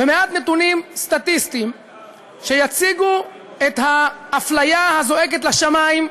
במעט נתונים סטטיסטיים שיציגו את האפליה הזועקת לשמים,